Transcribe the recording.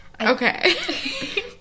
Okay